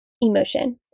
emotion